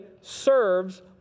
serves